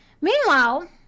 Meanwhile